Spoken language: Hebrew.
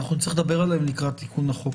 אנחנו נצטרך לדבר עליהם לקראת תיקון החוק.